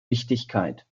wichtigkeit